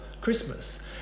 Christmas